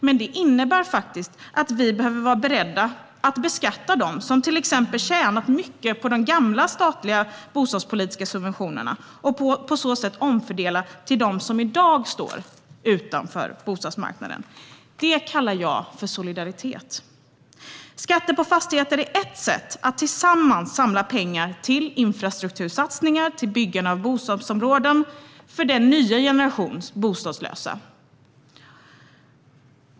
Men det innebär faktiskt att vi behöver vara beredda att beskatta dem som exempelvis har tjänat mycket på de gamla statliga bostadspolitiska subventionerna och på så sätt omfördela till dem som i dag står utanför bostadsmarknaden. Detta kallar jag solidaritet. Skatter på fastigheter är ett sätt att tillsammans samla pengar till infrastruktursatsningar och till byggande av bostadsområden för den nya generationen bostadslösa.